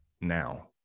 now